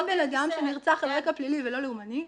גם בן אדם שנרצח על רקע פלילי ולא לאומני,